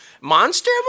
monster